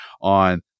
on